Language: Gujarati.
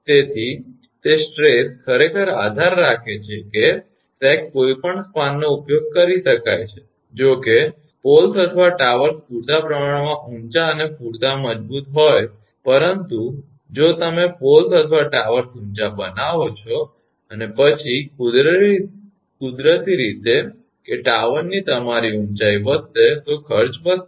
તેથી તે સ્ટ્રેસ ખરેખર આધાર રાખે છે કે સેગ કોઈપણ સ્પાનનો ઉપયોગ કરી શકાય છે જો કે પોલસ અથવા ટાવર્સ પૂરતા પ્રમાણમાં ઊંચા અને પૂરતા મજબૂત હોય પરંતુ જો તમે પોલસ અથવા ટાવર્સ ઊંચા બનાવો છો અને પછી કુદરતી રીતે કે ટાવરની તમારી ઊંચાઈ વધશે તો ખર્ચ વધશે